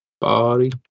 body